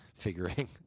Figuring